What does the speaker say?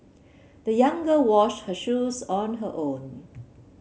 the young girl washed her shoes on her own